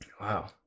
Wow